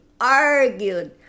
argued